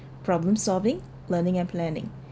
problem solving learning and planning